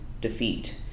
defeat